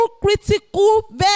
critical